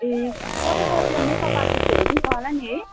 ए तपाईँकोमा त्यो make up आर्टिस्टहरू पनि छ होला नि है